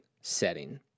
setting